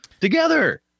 Together